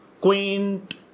quaint